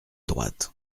droite